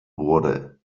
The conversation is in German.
wurde